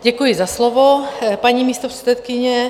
Děkuji za slovo, paní místopředsedkyně.